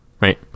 right